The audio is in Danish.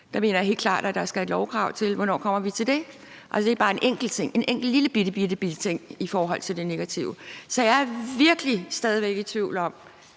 Der mener jeg helt klart, at der skal et lovkrav til. Hvornår kommer vi til det? Altså, det er bare en enkelt ting, en enkelt lillebittebitte ting i forhold til det negative. Så jeg er virkelig stadig væk i tvivl om,